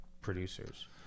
producers